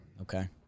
Okay